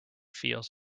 feels